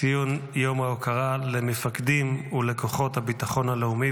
ציון יום ההוקרה למפקדים ולכוחות הביטחון הלאומי.